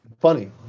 funny